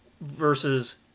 versus